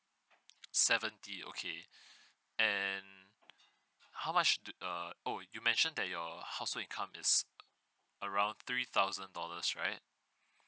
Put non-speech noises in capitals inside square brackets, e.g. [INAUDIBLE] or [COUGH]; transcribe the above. seventy okay [BREATH] and how much do err oh you mentioned that your household income is around three thousand dollars right